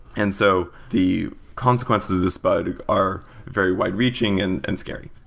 and so the consequences of this bug are very wide reaching and and scary.